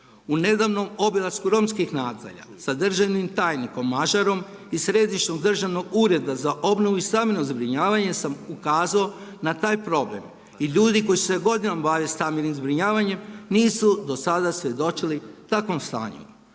U nedavnom obilasku romskih nasilja sa državnim tajnikom Mažarom iz Središnjeg državnog ureda za obnovu i stambeno zbrinjavanje sam ukazao na taj problem. I ljudi koji su se godinama bavili stambenim zbrinjavanjem nisu do sada svjedočili takvom stanju.